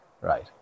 right